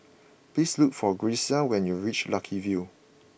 please look for Grecia when you reach Lucky View